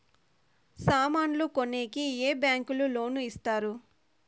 సామాన్లు కొనేకి ఏ బ్యాంకులు లోను ఇస్తారు?